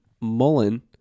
Mullen